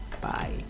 bye